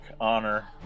honor